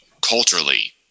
culturally